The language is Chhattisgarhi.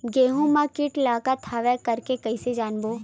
गेहूं म कीट लगत हवय करके कइसे जानबो?